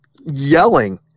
yelling